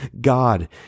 God